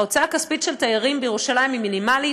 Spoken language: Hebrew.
ההוצאה הכספית של תיירים בירושלים היא מינימלית,